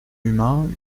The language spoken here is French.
humain